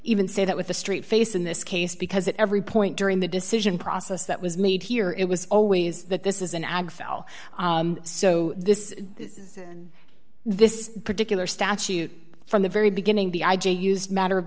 even say that with a straight face in this case because that every point during the decision process that was made here it was always that this is an ag fell so this this particular statute from the very beginning the i j a used matter